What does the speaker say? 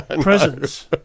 presence